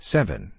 Seven